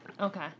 Okay